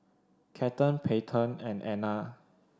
Cathern Peyton and Anna